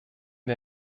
wir